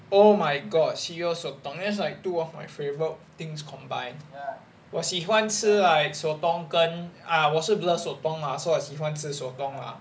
oh my god cereal sotong that's like two of my favorite things combined 我喜欢吃 like sotong 跟 ah 我是 blur sotong lah so I 喜欢吃 sotong lah